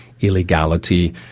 illegality